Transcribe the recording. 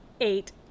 eight